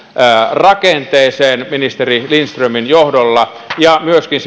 rakenteeseen ministeri lindströmin johdolla ja myöskin